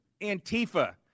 Antifa